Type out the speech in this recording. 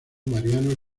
mariano